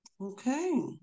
okay